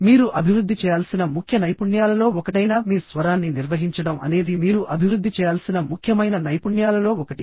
మీరు అభివృద్ధి చేయాల్సిన ముఖ్య నైపుణ్యాలలో ఒకటైన మీ స్వరాన్ని నిర్వహించడం అనేది మీరు అభివృద్ధి చేయాల్సిన ముఖ్యమైన నైపుణ్యాలలో ఒకటి